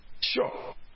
Sure